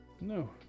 No